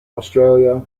australia